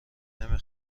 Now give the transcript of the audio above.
نمی